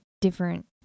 different